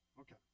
Okay